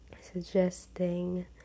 suggesting